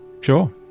Sure